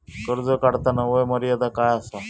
कर्ज काढताना वय मर्यादा काय आसा?